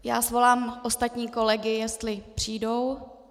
Já svolám ostatní kolegy, jestli přijdou.